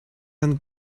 and